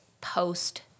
post